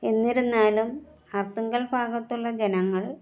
എന്നിരുന്നാലും ആർത്തുങ്കൽ ഭാഗത്തുള്ള ജനങ്ങൾ